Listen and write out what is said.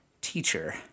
teacher